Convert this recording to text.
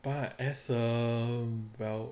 but as err well